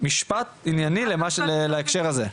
משפט ענייני להקשר הזה.